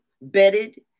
bedded